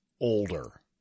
older